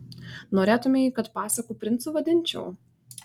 norėtumei kad pasakų princu vadinčiau